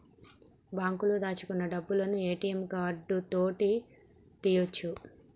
బాంకులో దాచుకున్న డబ్బులను ఏ.టి.యం కార్డు తోటి తీయ్యొచు